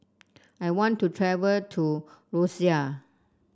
I want to travel to Roseau